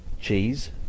Cheese